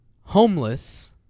homeless